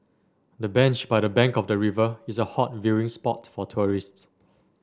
the bench by the bank of the river is a hot viewing spot for tourists